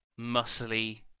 muscly